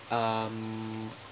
um